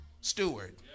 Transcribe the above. steward